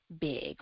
big